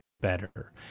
better